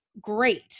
great